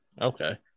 Okay